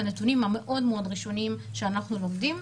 הנתונים הראשוניים מאוד שאנחנו למדים,